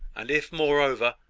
and if, moreover,